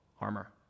armor